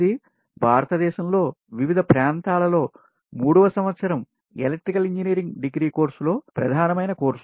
ఇది భారతదేశంలో వివిధప్రాంతాలలో మూడవ సంవత్సరం ఎలక్ట్రికల్ ఇంజనీరింగ్ డిగ్రీ కోర్స్ లో ప్రధానమైన కోర్స్